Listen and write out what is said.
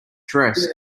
dress